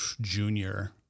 junior